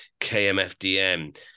KMFDM